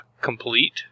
complete